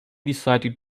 decided